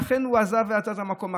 אכן הוא עזב ויצא את המקום.